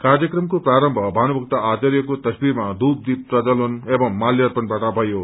कार्यक्रमको प्रारम्भ भानुभक्त आर्चायको तस्वीरमा धूपदीप प्रज्जवलन एवं माल्यापर्ण बाट भयो